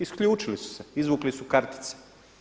Isključili su se, izvukli su kartice.